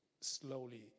slowly